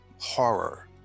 horror